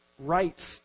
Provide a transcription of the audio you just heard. rights